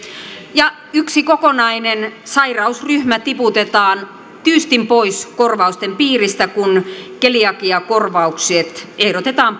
ja yksi kokonainen sairausryhmä tiputetaan tyystin pois korvausten piiristä kun keliakiakorvaukset ehdotetaan